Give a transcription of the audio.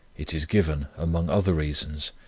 it is given, among other reasons,